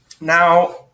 Now